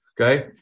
okay